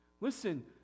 Listen